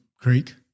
Creek